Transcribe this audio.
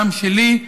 גם שלי,